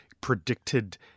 predicted